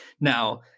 Now